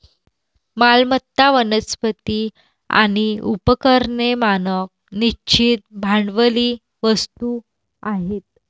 मालमत्ता, वनस्पती आणि उपकरणे मानक निश्चित भांडवली वस्तू आहेत